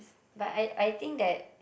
but I I think that